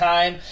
Time